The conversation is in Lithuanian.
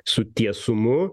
su tiesumu